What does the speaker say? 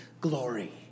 glory